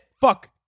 Fuck